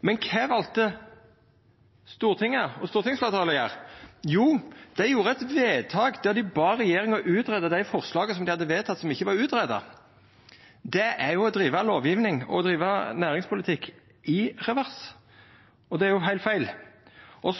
Men kva valde Stortinget og stortingsfleirtalet å gjera? Jo, dei gjorde eit vedtak der dei bad regjeringa greia ut dei forslaga dei hadde vedteke som ikkje var greidde ut. Det er å driva lovgjeving og næringspolitikk i revers, og det er jo heilt feil.